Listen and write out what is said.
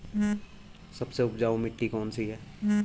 सबसे उपजाऊ मिट्टी कौन सी है?